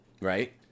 Right